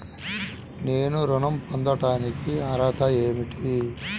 నేను ఋణం పొందటానికి అర్హత ఏమిటి?